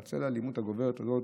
והאלימות הגוברת הזאת